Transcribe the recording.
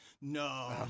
No